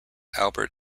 albert